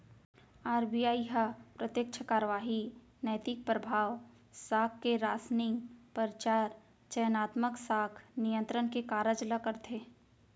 RBI ह प्रत्यक्छ कारवाही, नैतिक परभाव, साख के रासनिंग, परचार, चयनात्मक साख नियंत्रन के कारज ल करथे